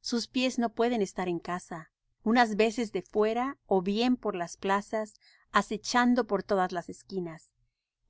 sus pies no pueden estar en casa unas veces de fuera ó bien por las plazas acechando por todas las esquinas